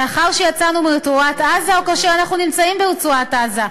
לאחר שיצאנו מרצועת-עזה או כאשר אנחנו נמצאים ברצועת-עזה?